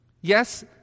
Yes